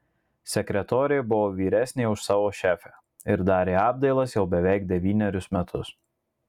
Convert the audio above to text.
sekretorė buvo vyresnė už savo šefę ir darė apdailas jau beveik devynerius metus